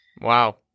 Wow